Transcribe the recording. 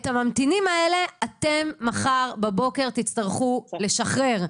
את הממתינים האלה אתם מחר בבוקר תצטרכו לשחרר.